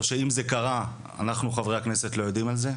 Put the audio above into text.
או שאם זה קרה אנחנו חברי הכנסת לא יודעים על זה,